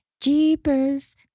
Jeepers